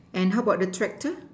and how about the tractor